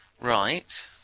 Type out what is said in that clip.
right